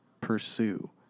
Pursue